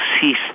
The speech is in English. cease